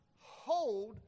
hold